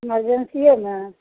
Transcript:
इमरजेन्सिए ने